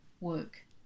work